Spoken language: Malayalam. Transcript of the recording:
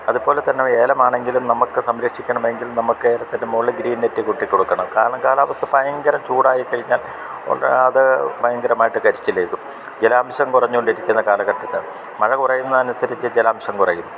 അതുപോലെ തന്നെ ഏലം ആണെങ്കിലും നമുക്ക് സംരക്ഷിക്കണം എങ്കിൽ നമുക്ക് ഏലത്തിൻ്റെ മോളിൽ ഗ്രീൻ നെറ്റ് കൊട്ടി കൊടുക്കണം കാരണം കാലാവസ്ഥ ഭയങ്കര ചൂടായിക്കഴിഞ്ഞാൽ അത് ഭയങ്കരമായിട്ട് കരിച്ചിലേക്കും ജലാംശം കുറഞ്ഞോണ്ടിരിക്കുന്ന കാലഘട്ടത്ത് മഴ കുറയുന്നത് അനുസരിച്ച് ജലാംശം കുറയും